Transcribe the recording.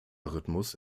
rhythmus